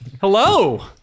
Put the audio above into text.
Hello